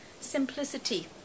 simplicity